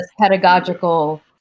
pedagogical